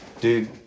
Dude